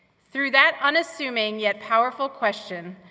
through that unassuming, yet powerful question,